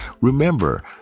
Remember